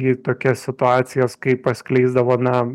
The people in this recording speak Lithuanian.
į tokias situacijas kai paskleisdavo na